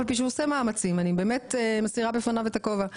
אף על פי שהוא עושה מאמצים אני באמת מסירה בפניו את הכובע,